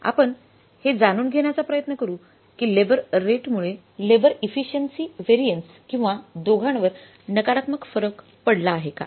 आपण हे जाणून घेण्याचा प्रयत्न करू की लेबर रेटमुळे केबर कोझ व्हॅरियन्स किंवा लेबर इफिशिएंसि व्हॅरियन्स किंवा दोघांवर नकारात्मक फरक पडला आहे का